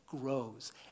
grows